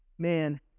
man